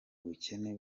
bukene